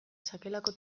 sakelako